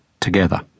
together